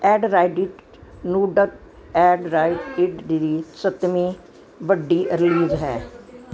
Android Nougat Android ਦੀ ਸੱਤਵੀਂ ਵੱਡੀ ਰਿਲੀਜ਼ ਹੈ